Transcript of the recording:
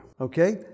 Okay